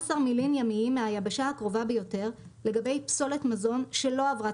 12 מילין ימיים מהיבשה הקרובה ביותר לגבי פסולת מזון שלא עברה